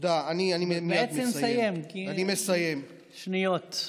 בעצם תסיים, כי יש שניות.